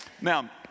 Now